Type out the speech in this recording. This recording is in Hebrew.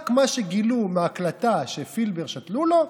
רק מה שגילו מההקלטה ששתלו לפילבר,